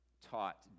taught